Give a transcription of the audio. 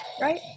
Right